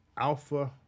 Alpha